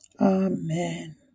Amen